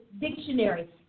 Dictionary